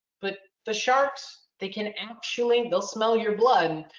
but the sharks, they can actually, they'll smell your blood,